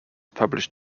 published